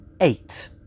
eight